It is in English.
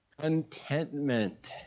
contentment